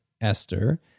Esther